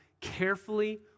carefully